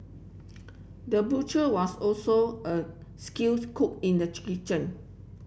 the butcher was also a skills cook in the kitchen